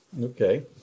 Okay